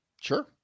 Sure